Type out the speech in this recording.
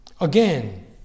Again